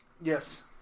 Yes